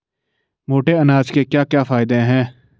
मोटे अनाज के क्या क्या फायदे हैं?